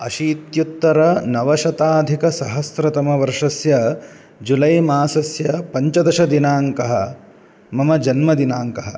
अशीत्युत्तरनवशताधिक सहस्रतमवर्षस्य जुलै मासस्य पञ्चदशदिनाङ्कः मम जन्मदिनाङ्कः